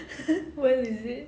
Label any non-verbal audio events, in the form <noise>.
<laughs> when is it